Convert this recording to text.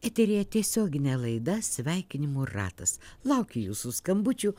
eteryje tiesioginė laida sveikinimų ratas laukiu jūsų skambučių